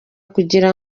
kugira